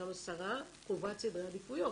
גם השרה קובעת סדרי עדיפויות,